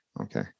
okay